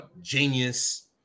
Genius